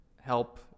help